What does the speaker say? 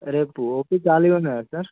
రేపు ఓపి ఖాళీ ఉన్నదా సార్